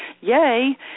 yay